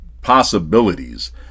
possibilities